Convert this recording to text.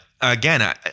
again